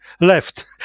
left